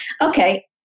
Okay